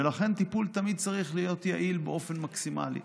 ולכן טיפול תמיד צריך להיות יעיל באופן מקסימלי.